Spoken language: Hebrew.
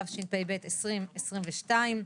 התשפ"ב-2022,